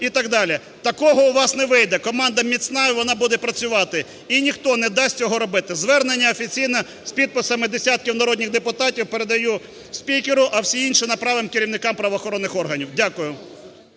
і так далі. Такого у вас не вийде. Команда міцна, і вона буде працювати, і ніхто не дасть цього робити. Звернення офіційне з підписами десятків народних депутатів передаю спікеру, а всі інші направимо керівникам правоохоронних органів. Дякую.